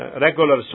regular